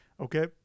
okay